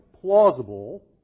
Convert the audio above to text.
plausible